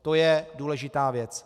To je důležitá věc.